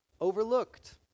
overlooked